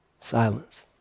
Silence